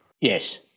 Yes